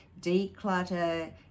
declutter